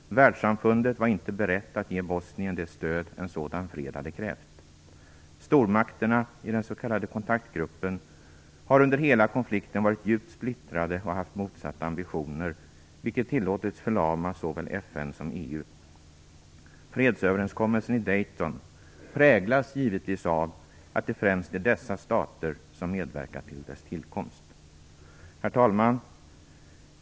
Världssamfundet var inte berett att ge Bosnien det stöd en sådan fred hade krävt. Stormakterna i den s.k. kontaktgruppen har under hela konflikten varit djupt splittrade och haft motsatta ambitioner, vilket tillåtits förlama såväl FN som EU. Fredsöverenskommelsen i Dayton präglas givetvis av att det främst är dessa stater som medverkat till dess tillkomst. Herr talman!